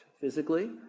physically